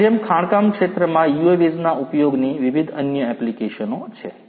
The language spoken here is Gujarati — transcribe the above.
આની જેમ ખાણકામ ક્ષેત્રમાં UAVs ના ઉપયોગની વિવિધ અન્ય એપ્લિકેશનો છે